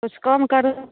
किछु कम करू